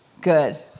Good